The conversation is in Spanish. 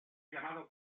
llamado